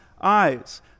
eyes